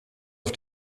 auf